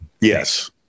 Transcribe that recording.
Yes